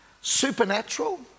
supernatural